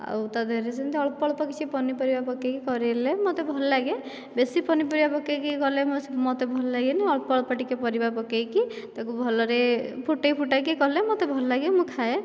ଆଉ ତା ଦେହରେ ସେମିତି ଅଳ୍ପ ଅଳ୍ପ କିଛି ପନିପରିବା ପକାଇକି କରିଲେ ମୋତେ ଭଲ ଲାଗେ ବେଶି ପନିପରିବା ପକାଇକି କଲେ ମୋତେ ଭଲ ଲାଗେନାହିଁ ଅଳ୍ପ ଅଳ୍ପ ଟିକିଏ ପରିବା ପକାଇକି ତା'କୁ ଭଲରେ ଫୁଟେଇ ଫୁଟାକି କଲେ ମୋତେ ଭଲ ଲାଗେ ମୁଁ ଖାଏ